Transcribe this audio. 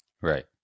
Right